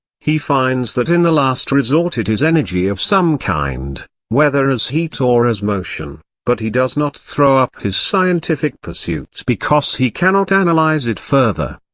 he finds that in the last resort it is energy of some kind, whether as heat or as motion but he does not throw up his scientific pursuits because he cannot and like analyse it further.